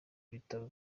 w’ibitabo